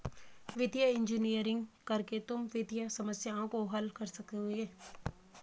वित्तीय इंजीनियरिंग करके तुम वित्तीय समस्याओं को हल कर सकोगे